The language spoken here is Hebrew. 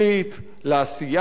לעשייה החברתית,